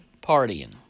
partying